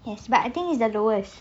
yes but I think it's the lowest